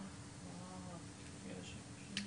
גם אם בצעדים קטנים.